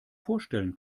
vorstellen